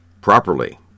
properly